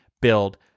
build